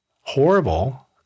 horrible